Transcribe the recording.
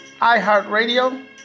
iHeartRadio